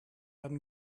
haben